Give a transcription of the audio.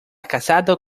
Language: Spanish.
casado